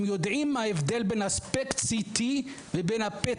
יודעים מה ההבדל בין ה-SPECT-CT ל-PET-CT.